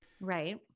Right